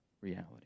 reality